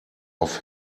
off